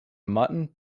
mutton